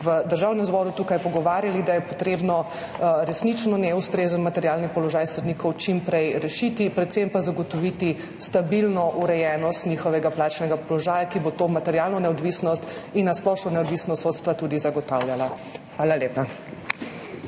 v Državnem zboru tukaj pogovarjali, da je potrebno resnično neustrezen materialni položaj sodnikov čim prej rešiti, predvsem pa zagotoviti stabilno urejenost njihovega plačnega položaja, ki bo to materialno neodvisnost in na splošno neodvisnost sodstva tudi zagotavljala. Hvala lepa.